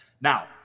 Now